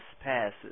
passes